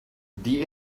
die